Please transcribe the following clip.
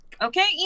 Okay